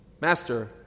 Master